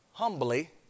Humbly